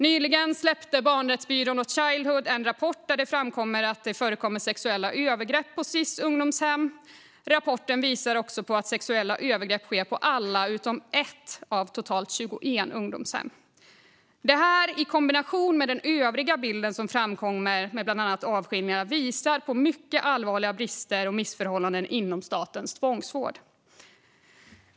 Nyligen släppte Barnrättsbyrån och Childhood en rapport där det framkommer att det förekommer sexuella övergrepp på Sis ungdomshem. Rapporten visar också att sexuella övergrepp sker på alla utom ett av totalt 21 ungdomshem. Detta i kombination med den övriga bilden som framkommer med bland annat avskiljningar visar på mycket allvarliga brister och missförhållanden inom statens tvångsvård.